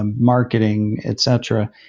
um marketing, etc,